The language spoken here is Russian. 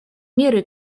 меры